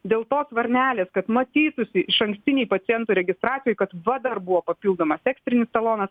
dėl tos varnelės kad matytųsi išankstinėje pacientų registracijoj kad va dar buvo papildomas ekstrinis talonas